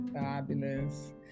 Fabulous